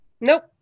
Nope